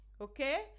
Okay